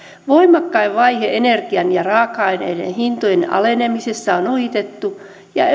voimakkain vaihe energian ja raaka aineiden hintojen alenemisessa on ohitettu ja